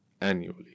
annually